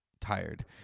tired